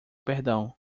perdão